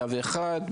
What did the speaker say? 101,